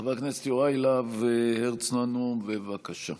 חבר הכנסת יוראי להב הרצנו, בבקשה.